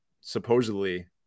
Supposedly